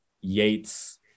yates